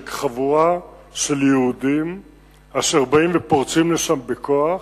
של חבורה של יהודים אשר באים ופורצים לשם בכוח.